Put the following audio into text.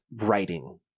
writing